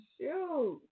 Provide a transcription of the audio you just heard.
Shoot